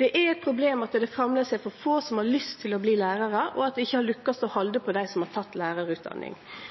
Det er eit problem at det framleis er for få som har lyst å bli lærarar, og at ein ikkje har lykkast med å halde på dei som har teke lærarutdanning.